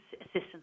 Assistance